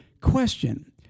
Question